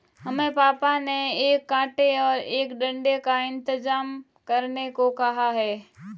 हमें पापा ने एक कांटे और एक डंडे का इंतजाम करने को कहा है